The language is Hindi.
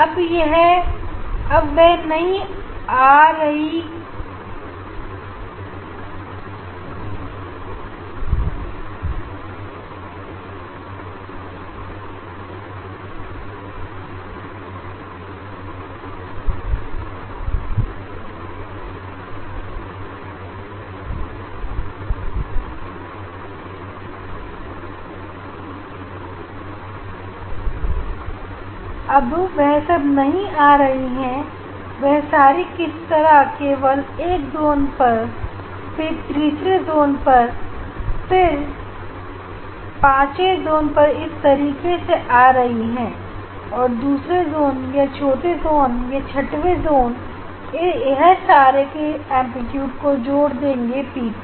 अब वह नहीं आ रही वह सारी किस तारीख केवल 1 जून फिर तीसरे जोन फिर पांचवे जोन इस तरीके से आ रही हैं दूसरे जोन या चौथे जोन या छठवें जोन यह सारे के एंप्लीट्यूड को जोड़ देंगे पी पर